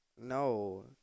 No